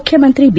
ಮುಖ್ಯಮಂತ್ರಿ ಬಿ